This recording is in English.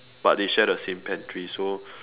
but they share the same pantry so